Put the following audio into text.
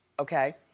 okay.